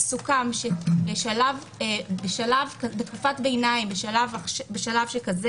סוכם שבתקופת ביניים בשלב שכזה,